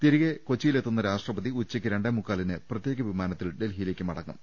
തിരികെ കൊച്ചിയിലെത്തുന്ന രാഷ്ട്രപതി ഉച്ചയ്ക്ക് രണ്ടേമുക്കാലിന് പ്രത്യേക വിമാനത്തിൽ ഡൽഹിയിലേക്ക് മടങ്ങും